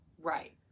Right